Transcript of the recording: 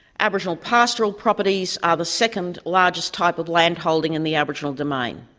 aboriginal pastoral properties are the second largest type of land holding in the aboriginal domain.